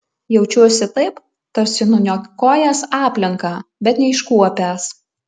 jaučiuosi taip tarsi nuniokojęs aplinką bet neiškuopęs